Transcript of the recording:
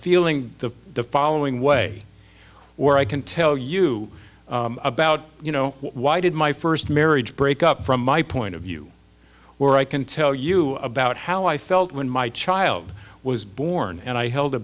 feeling the following way or i can tell you about you know why did my first marriage break up from my point of view where i can tell you about how i felt when my child was born and i held a